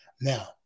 Now